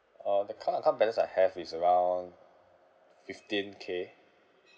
um the current account balance I have is around fifteen k